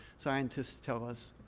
scientists tell us,